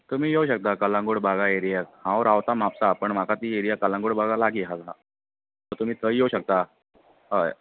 तुमी येवं शकता कलंगूट बागा एरयान हांव रावता म्हापसा पूण म्हाका कलंगूट बागा ती एरिया लागी आसा सो तुमी थंय येवं शकता हय